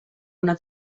una